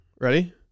Ready